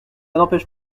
n’empêche